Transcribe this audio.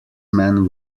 man